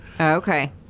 Okay